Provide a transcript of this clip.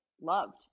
loved